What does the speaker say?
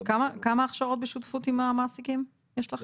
כמה הכשרות בשותפות עם המעסיקים יש לכם?